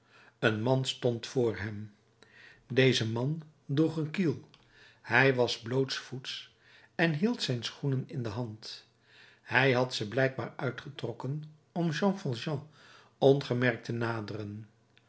een man stond voor hem deze man droeg een kiel hij was blootsvoets en hield zijn schoenen in de hand hij had ze blijkbaar uitgetrokken om jean valjean ongemerkt te naderen